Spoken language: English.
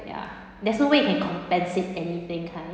ya that's no way you can compensate anything kind